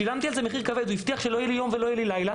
שילמתי על זה מחיר כבד והוא הבטיח שלא יהיה לי יום ולא יהיה לי לילה.